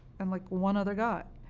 and like one other guy.